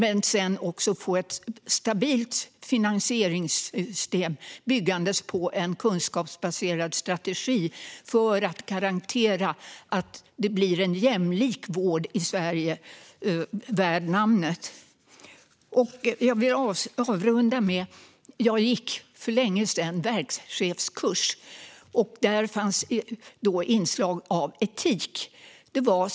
Vi måste också få ett stabilt finansieringssystem som bygger på en kunskapsbaserad strategi för att garantera att det blir en jämlik vård i Sverige värd namnet. Jag vill avrunda med att säga att jag för länge sedan gick en verkschefskurs, där det fanns inslag av etik.